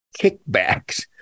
kickbacks